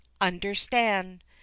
understand